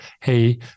hey